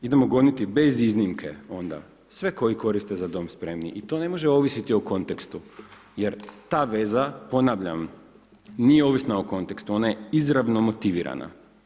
Idemo goniti bez iznimke onda sve koji koriste za „Za Dom spremni“ i to ne može ovisiti o kontekstu jer ta veza, ponavljam nije ovisna o kontekstu, ona je izravno motivirana.